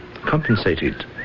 compensated